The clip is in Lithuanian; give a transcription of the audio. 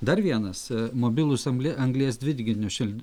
dar vienas mobilūs amle anglies dvideginio šild